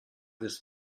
this